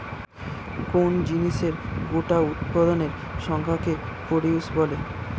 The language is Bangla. কোন জিনিসের গোটা উৎপাদনের সংখ্যাকে প্রডিউস বলে